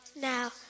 Now